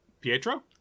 Pietro